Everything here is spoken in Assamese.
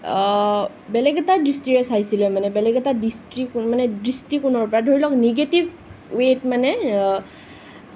বেলেগ এটা দৃষ্টিৰে চাইছিলে মানে বেলেগ এটা মানে দৃষ্টিকোণৰ পৰা ধৰিলওক নিগেটিভ ৱেত মানে